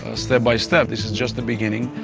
ah step by step. this is just the beginning.